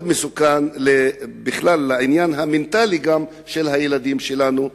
מאוד מסוכן בכלל לעניין המנטלי של הילדים שלנו,